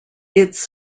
its